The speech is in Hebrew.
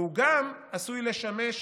והוא גם עשוי לשמש ראיה.